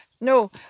No